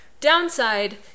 downside